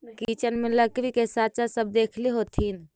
kitchen में लकड़ी के साँचा सब देखले होथिन